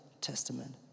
Testament